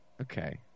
Okay